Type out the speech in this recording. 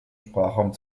sprachraum